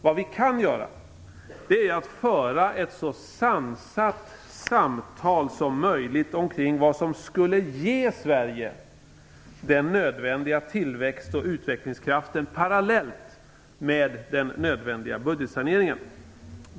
Vad vi kan göra är att föra ett så sansat samtal som möjligt omkring vad som skulle ge Sverige den nödvändiga tillväxt och utvecklingskraften parallellt med den nödvändiga budgetsaneringen.